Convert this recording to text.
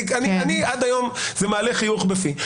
עד היום זה מעלה חיוך על פניי.